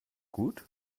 gut